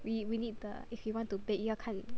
we we need the if you want to bake 要看